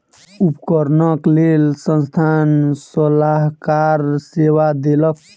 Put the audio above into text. उपकरणक लेल संस्थान सलाहकार सेवा देलक